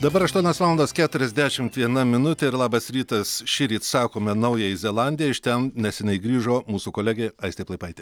dabar aštuonios valandos keturiasdešimt viena minutė ir labas rytas šįryt sakome naująjai zelandijai iš ten neseniai grįžo mūsų kolegė aistė plaipaitė